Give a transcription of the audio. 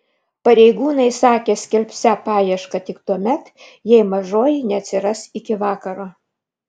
pareigūnai sakė skelbsią paiešką tik tuomet jei mažoji neatsiras iki vakaro